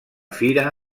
fira